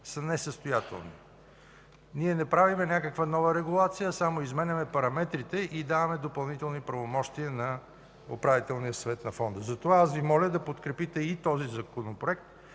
са несъстоятелни. Ние не правим някаква нова регулация, а само изменяме параметрите и даваме допълнителни правомощия на Управителния съвет на Фонда. Затова аз Ви моля да подкрепите и този Законопроект,